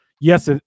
yes